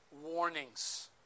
warnings